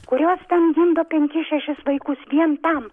kurios ten gimdo penkis šešis vaikus vien tam